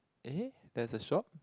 eh there's a shop